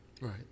Right